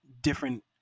different